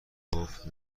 گفت